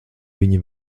viņi